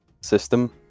system